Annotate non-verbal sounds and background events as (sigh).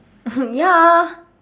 (laughs) ya